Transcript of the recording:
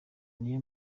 niyo